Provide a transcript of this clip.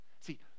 See